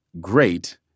great